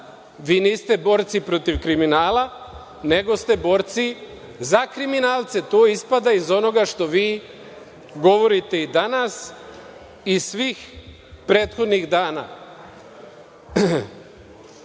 Vi niste borci protiv kriminala, nego ste borci za kriminalce. To ispada iz onoga što vi govorite i danas i svih prethodnih dana. Jedan